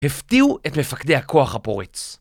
הפתיעו את מפקדי הכוח הפורץ